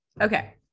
Okay